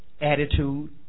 attitude